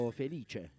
felice